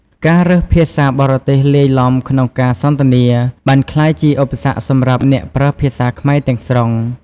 ការរើសភាសាបរទេសលាយទ្បំក្នុងការសន្ទនាបានក្លាយជាឧបសគ្គសម្រាប់អ្នកប្រើភាសាខ្មែរទាំងស្រុង។